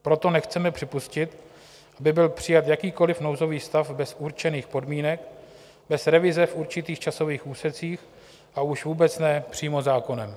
Proto nechceme připustit, aby byl přijat jakýkoliv nouzový stav bez určených podmínek, bez revize v určitých časových úsecích, a už vůbec ne přímo zákonem.